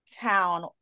Town